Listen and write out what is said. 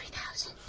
thousand.